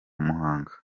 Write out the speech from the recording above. muhanga